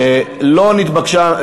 לא נתבקשה,